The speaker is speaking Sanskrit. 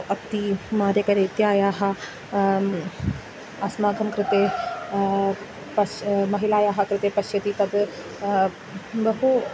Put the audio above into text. अत्ति मादकरीत्यायाः अस्माकं कृते पश् महिलायाः कृते पश्यति तद् बहु